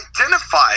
identify